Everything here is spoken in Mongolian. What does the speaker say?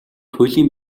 туйлын